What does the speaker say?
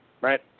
Right